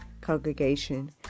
congregation